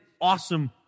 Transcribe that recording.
awesome